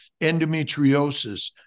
endometriosis